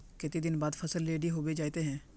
केते दिन बाद फसल रेडी होबे जयते है?